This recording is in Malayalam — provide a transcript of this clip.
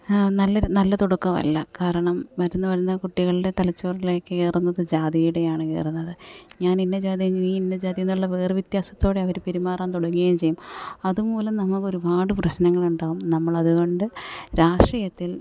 നല്ലൊരു നല്ല തുടക്കമല്ല കാരണം വളർന്നു വരുന്ന കുട്ടികളുടെ തലച്ചോറിലേക്കു കയറുന്നത് ജാതിയുടെയാണ് കയറുന്നത് ഞാനിന്ന ജാതി നീ ഇന്ന ജാതിയെന്നുള്ള വേർ വ്യത്യാസത്തോടെ അവർ പെരുമാറാൻ തുടങ്ങുകയും ചെയ്യും അതുമൂലം നമ്മുക്കൊരുപാട് പ്രശ്നങ്ങളുണ്ടാകും നമ്മളതുകൊണ്ട് രാഷ്ട്രീയത്തിൽ